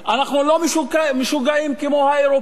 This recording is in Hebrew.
אנחנו לא משוגעים כמו האירופים.